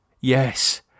Yes